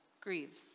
grieves